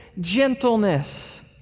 gentleness